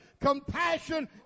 compassion